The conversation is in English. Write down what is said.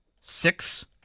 six